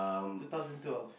two thousand twelve